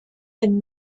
and